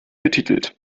betitelt